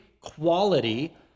quality